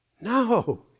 No